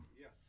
Yes